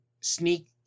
sneak